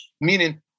Meaning